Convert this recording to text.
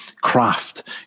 craft